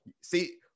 See